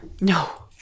No